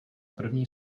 první